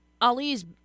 Ali's